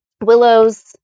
Willow's